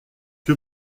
que